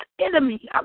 enemy